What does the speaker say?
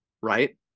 right